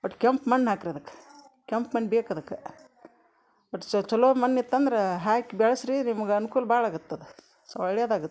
ಒಟ್ಟು ಕೆಂಪು ಮಣ್ಣು ಹಾಕ್ರಿ ಅದಕ್ಕೆ ಕೆಂಪು ಮಣ್ಣು ಬೇಕು ಅದಕ್ಕೆ ಒಟ್ಟು ಚಲೋ ಮಣ್ಣಿತ್ತು ಅಂದ್ರೆ ಹಾಕಿ ಬೆಳ್ಸಿರೀ ನಿಮ್ಗೆ ಅನ್ಕೂಲ ಭಾಳ ಆಗತ್ತೆ ಅದು ಸೊ ಒಳ್ಳೇದಾಗತ್ತೆ